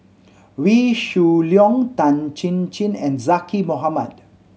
Wee Shoo Leong Tan Chin Chin and Zaqy Mohamad